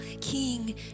King